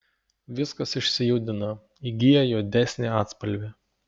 viskas išsijudina įgyja juodesnį atspalvį